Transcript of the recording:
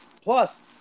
Plus